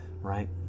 right